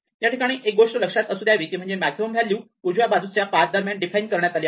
या ठिकाणी एक गोष्ट लक्षात असू द्यावी ती म्हणजे मॅक्सिमम व्हॅल्यू उजव्या बाजूच्या पाथ दरम्यान डिफाइन करण्यात आली आहे